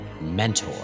Mentor